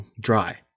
dry